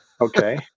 Okay